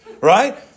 right